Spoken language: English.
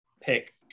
pick